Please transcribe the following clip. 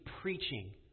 preaching